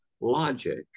logic